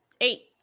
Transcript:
eight